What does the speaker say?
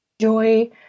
joy